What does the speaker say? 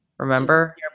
Remember